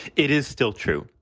it is still true.